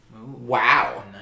Wow